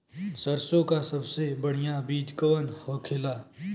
सरसों का सबसे बढ़ियां बीज कवन होखेला?